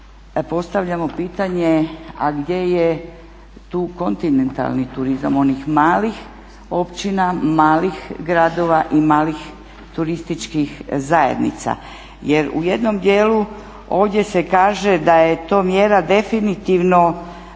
postavljamo pitanje a gdje je tu kontinentalni turizam onih malih općina, malih gradova i malih turističkih zajednica. Jer u jednom dijelu ovdje se kaže da je to mjera definitivno